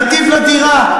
"נתיב לדירה".